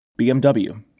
BMW